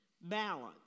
Balance